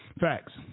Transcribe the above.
facts